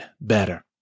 better